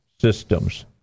Systems